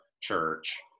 church